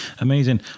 Amazing